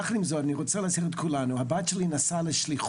יחד עם זה אני רוצה להזהיר את כולנו: הבת שלי נסעה לשליחות